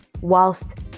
whilst